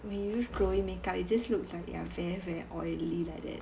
when you use glowing makeup you just looks like you are very very oily like that